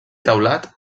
teulat